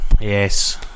Yes